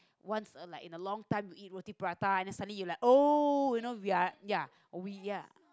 once a like in a long time you eat roti prata and then suddenly you like !oh! you know we're ya we are